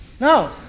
no